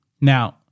Now